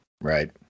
Right